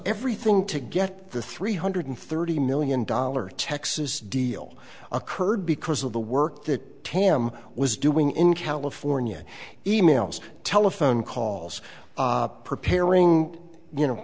everything to get the three hundred thirty million dollar texas deal occurred because of the work that tim was doing in california e mails telephone calls preparing you know